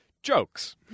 Jokes